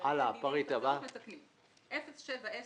פריט 07-108090,